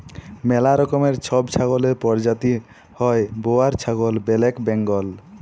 ম্যালা রকমের ছব ছাগলের পরজাতি হ্যয় বোয়ার ছাগল, ব্যালেক বেঙ্গল